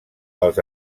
els